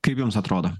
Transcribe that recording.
kaip jums atrodo